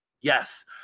yes